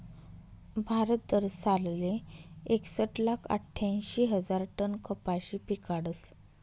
भारत दरसालले एकसट लाख आठ्यांशी हजार टन कपाशी पिकाडस